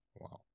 Wow